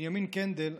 בנימין קנדל,